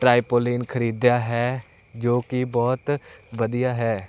ਟਰਾਈਪੋਲਇਨ ਖਰੀਦਿਆ ਹੈ ਜੋ ਕਿ ਬਹੁਤ ਵਧੀਆ ਹੈ